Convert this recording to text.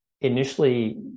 initially